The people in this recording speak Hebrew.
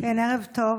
ערב טוב,